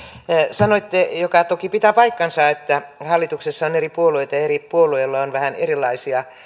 sanoitte mikä toki pitää paikkansa että hallituksessa on eri puolueita ja eri puolueilla on vähän erilaisia